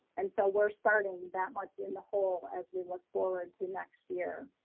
and so we're starting that much in the hole as we look forward to next year,